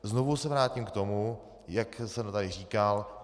Znovu se vrátím k tomu, jak jsem tady říkal.